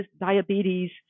diabetes